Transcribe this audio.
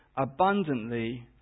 abundantly